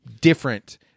different